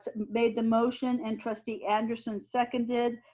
made the motion and trustee anderson seconded.